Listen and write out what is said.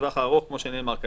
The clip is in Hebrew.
בטווח הארוך, כמו שנאמר כאן.